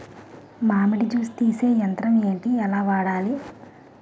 మామిడి జూస్ తీసే యంత్రం ఏంటి? ఎలా వాడాలి?